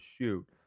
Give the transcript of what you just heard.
shoot